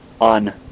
on